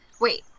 wait